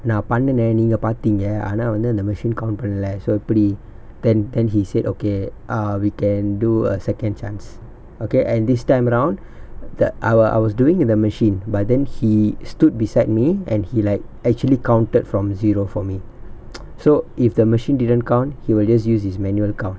நா பண்ணுன நீங்க பாத்திங்க ஆனா வந்து அந்த:naa pannuna neenga paatheenga aanaa vanthu antha machine count பண்ணல:pannala so எப்டி:epdi then then he said okay ah we can do a second chance okay and this time round the I w~ I was doing in the machine but then he stood beside me and he like actually counted from zero for me so if the machine didn't count he will just use his manual count